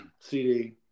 CD